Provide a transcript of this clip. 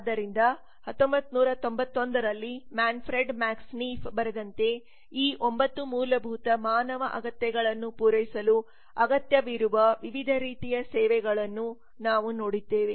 ಆದ್ದರಿಂದ 1991 ರಲ್ಲಿ Manfred Max Neef ಬರೆದಂತೆ ಈ 9 ಮೂಲಭೂತ ಮಾನವ ಅಗತ್ಯಗಳನ್ನು ಪೂರೈಸಲು ಅಗತ್ಯವಿರುವ ವಿವಿಧ ರೀತಿಯ ಸೇವೆಗಳನ್ನು ನಾವು ನೋಡಿದ್ದೇವೆ